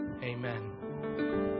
Amen